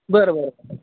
बरं बरं